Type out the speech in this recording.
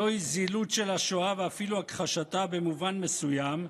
זוהי זילות של השואה ואפילו הכחשתה במובן מסוים,